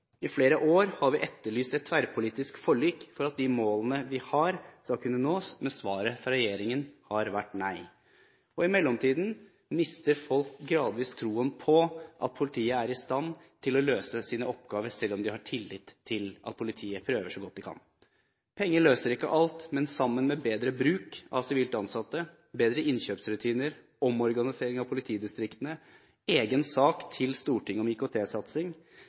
I flere år har vi etterlyst et tverrpolitisk forlik, slik at de målene vi har, skal kunne nås, men svaret fra regjeringen har vært nei. I mellomtiden mister folk gradvis troen på at politiet er i stand til å løse sine oppgaver, selv om de har tillit til at politiet prøver så godt de kan. Penger løser ikke alt, men sammen med bedre bruk av sivilt ansatte, bedre innkjøpsrutiner, omorganisering av politidistriktene, egen sak til Stortinget om